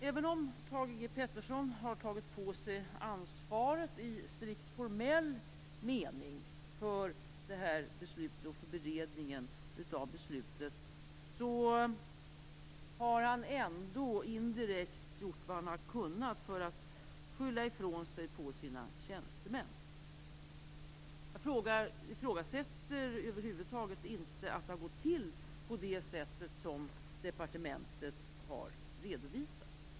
Även om Thage G Peterson har tagit på sig ansvaret i strikt formell mening för beredningen och beslutet, har han indirekt gjort vad han har kunnat för att skylla ifrån sig på sina tjänstemän. Jag ifrågasätter över huvud taget inte att det har gått till på det sätt som departementet har redovisat.